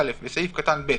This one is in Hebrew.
(א)בסעיף קטן (ב),